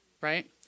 right